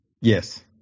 Yes